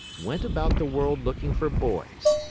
went about the world looking for boys.